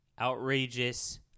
outrageous